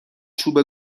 چوب